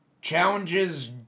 challenges